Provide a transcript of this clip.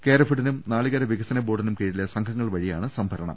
കേരഫെഡിനും നാളികേര വിക സന ബോർഡിനും കീഴിലെ സംഘങ്ങൾ വഴിയാണ് സംഭ രണം